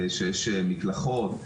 שיש מקלחות,